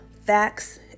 facts